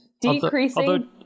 decreasing